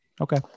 Okay